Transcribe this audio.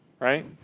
Right